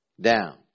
down